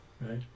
right